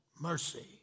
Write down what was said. mercy